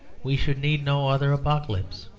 we should need no other apocalypse.